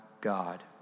God